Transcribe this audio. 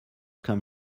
come